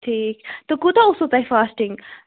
ٹھیٖک تہٕ کوٗتاہ اوسوٕ تۄہہِ فاسٹِنٛگ